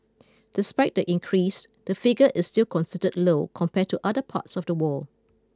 despite the increase the figure is still considered low compared to other parts of the world